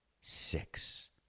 six